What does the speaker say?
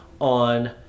on